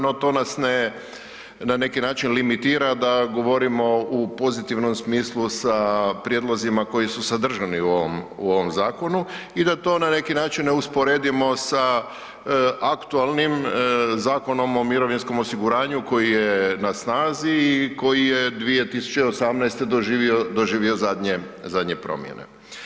No, to nas ne na neki način limitira da govorimo u pozitivnom smislu sa prijedlozima koji su sadržani u ovom, u ovom zakonu i da to na neki način ne usporedimo sa aktualnim Zakonom o mirovinskom osiguranju koji je na snazi i koji je 2018. doživio, doživio zadnje, zadnje promjene.